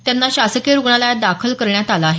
त्यांना शासकीय रुग्णालयात दाखल करण्यात आलं आहे